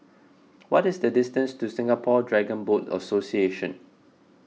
what is the distance to Singapore Dragon Boat Association